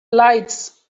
lights